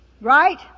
Right